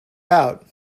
out